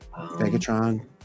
megatron